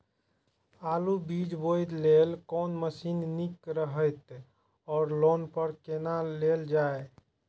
आलु बीज बोय लेल कोन मशीन निक रहैत ओर लोन पर केना लेल जाय?